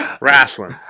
Wrestling